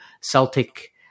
Celtic